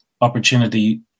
opportunity